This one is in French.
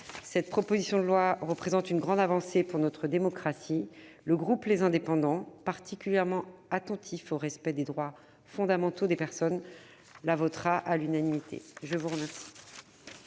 Cette proposition de loi représente une grande avancée pour notre démocratie. Le groupe Les Indépendants, particulièrement attentif au respect des droits fondamentaux des personnes, votera ce texte à l'unanimité. La parole